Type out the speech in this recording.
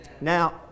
Now